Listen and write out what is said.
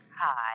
Hi